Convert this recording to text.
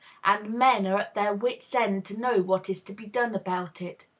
and men are at their wit's end to know what is to be done about it.